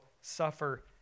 suffer